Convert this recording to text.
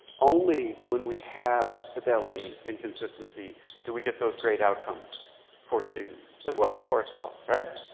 only when we have fidelity and consistency do we get those great outcomes for students as well as for ourselves, right?